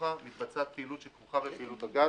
ובתוכה מתבצעת פעילות בפעילות הגז.